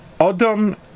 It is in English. Adam